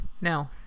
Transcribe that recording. No